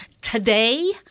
Today